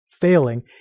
failing